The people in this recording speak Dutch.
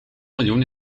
miljoen